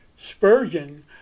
Spurgeon